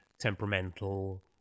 temperamental